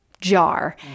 jar